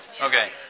Okay